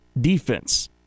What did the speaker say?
defense